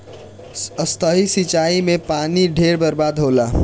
सतही सिंचाई में पानी ढेर बर्बाद होला